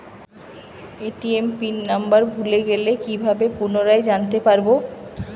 ATM PIN number ভুলে গেলে কি ভাবে পুনরায় জানতে পারবো?